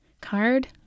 card